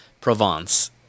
Provence